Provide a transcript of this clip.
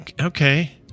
Okay